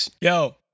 yo